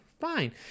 fine